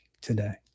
today